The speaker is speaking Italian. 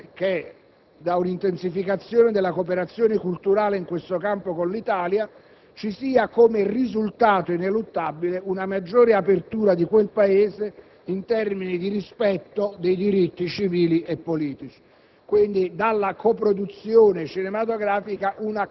Questo accordo, dunque, rende auspicabile e probabile che da un'intensificazione della cooperazione culturale in questo campo con l'Italia ci sia, come risultato ineluttabile, una maggiore apertura di quel Paese in termini di rispetto dei diritti civili e politici;